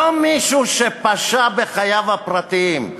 לא מישהו שפשע בחייו הפרטיים.